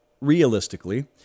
realistically